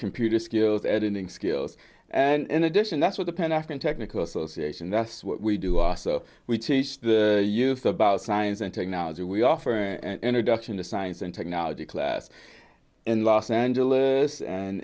computer skills editing skills and addition that's what the pan african technical source and that's what we do are so we teach the youth about science and technology we offer and adduction the science and technology class in los angeles and